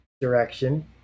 direction